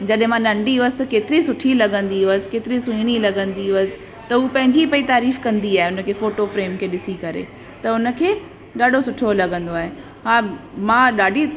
जॾहिं मां नंढी हुयसि त केतिरी सुठी लॻंदी हुअसि केतिरी सुहिणी लॻंदी हुअसि त हू पंहिंजी पई तारीफ़ कंदी आहे उन खे फ़ोटो फ़्रेम खे ॾिसी करे त हुन खे ॾाढो सुठो लॻंदो आहे हा मां ॾाढी